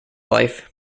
life